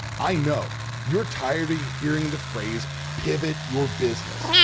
i know you're tired of hearing the phrase pivot your business.